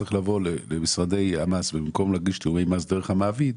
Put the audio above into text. צריך לבוא למשרדי מס הכנסה במקום להגיש לתיאומי מס דרך המעביד,